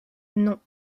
non